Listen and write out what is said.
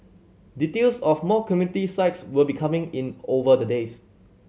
details of more community sites will be coming in over the days